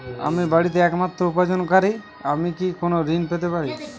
আমি বাড়িতে একমাত্র উপার্জনকারী আমি কি কোনো ঋণ পেতে পারি?